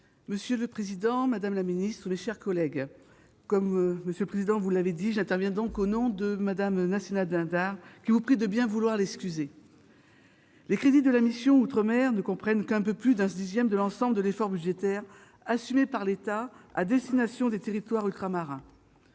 Monsieur le président, madame la ministre, mes chers collègues, j'interviens en remplacement de ma collègue Nassimah Dindar, qui me prie de bien vouloir l'excuser. Les crédits de la mission « Outre-mer » ne représentent qu'un peu plus d'un dixième de l'ensemble de l'effort budgétaire assumé par l'État à destination des territoires ultramarins.